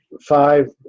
five